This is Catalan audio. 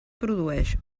produeix